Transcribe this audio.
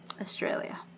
Australia